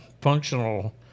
functional